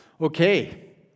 Okay